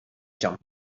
jump